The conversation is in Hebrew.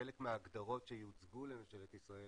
חלק מההגדרות שיוצגו לממשלת ישראל